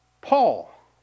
Paul